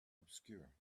obscure